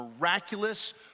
miraculous